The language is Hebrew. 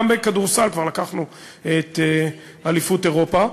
גם בכדורסל כבר לקחנו את אליפות אירופה,